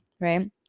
right